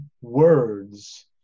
words